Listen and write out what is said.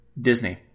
disney